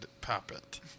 puppet